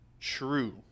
true